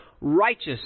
righteous